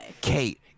Kate